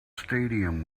stadium